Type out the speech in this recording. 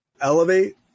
elevate